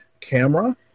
camera